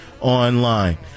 online